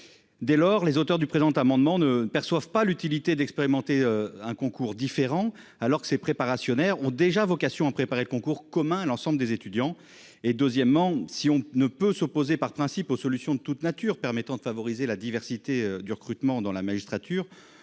Dès lors, les auteurs du présent amendement ne perçoivent pas l'utilité d'expérimenter un concours différents alors que ces préparations nerfs ont déjà vocation à préparer le concours commun l'ensemble des étudiants et deuxièmement si on ne peut s'opposer par principe aux solutions de toute nature permettant de favoriser la diversité du recrutement dans la magistrature.